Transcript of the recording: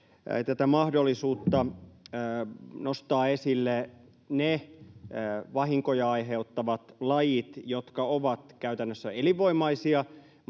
tätä mahdollisuutta nostaa esille ne vahinkoja aiheuttavat lajit, jotka ovat käytännössä elinvoimaisia,